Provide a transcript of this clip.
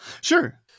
sure